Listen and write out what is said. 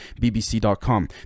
bbc.com